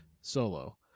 solo